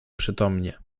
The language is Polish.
przytomnie